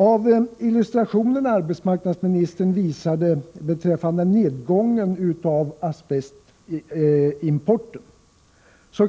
Av illustrationen som arbetsmarknadsministern visade beträffande nedgången av asbestimporten